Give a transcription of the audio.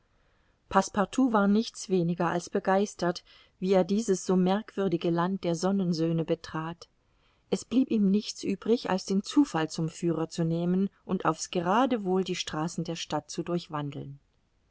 war nichts weniger als begeistert wie er dieses so merkwürdige land der sonnensöhne betrat es blieb ihm nichts übrig als den zufall zum führer zu nehmen und auf's geradewohl die straßen der stadt zu durchwandeln